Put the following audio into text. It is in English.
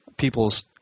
people's